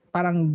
Parang